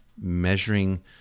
measuring